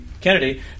Kennedy